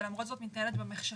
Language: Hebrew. ולמרות זאת מתנהלת במחשכים,